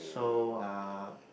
so uh